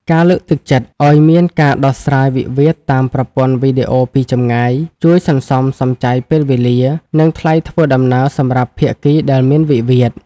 ការលើកទឹកចិត្តឱ្យមានការដោះស្រាយវិវាទតាមប្រព័ន្ធវីដេអូពីចម្ងាយ ជួយសន្សំសំចៃពេលវេលា និងថ្លៃធ្វើដំណើរសម្រាប់ភាគីដែលមានវិវាទ។